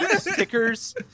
Stickers